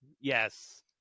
Yes